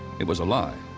it was a lie,